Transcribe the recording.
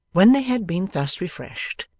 when they had been thus refreshed,